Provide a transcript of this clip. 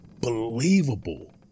believable